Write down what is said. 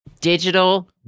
Digital